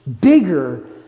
bigger